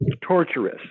torturous